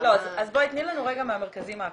--- אז תני לנו רגע על המרכזים האקוטיים,